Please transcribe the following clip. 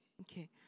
Okay